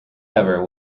ever